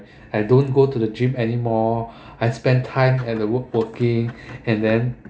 I don't go to the gym anymore I spend time at the work working and then